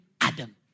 Adam